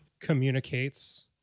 communicates